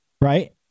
Right